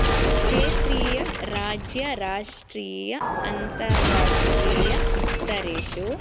क्षेत्रीय राज्य राष्ट्रिय अन्ताराष्ट्रिय स्तरेषु